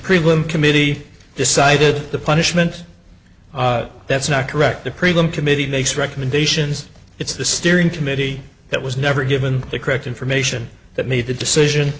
prelim committee decided the punishment that's not correct the prelim committee makes recommendations it's the steering committee that was never given the correct information that made the decision